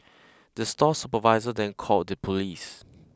the store supervisor then called the police